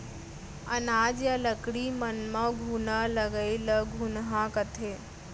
अनाज या लकड़ी मन म घुना लगई ल घुनहा कथें